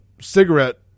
cigarette